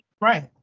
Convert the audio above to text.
Right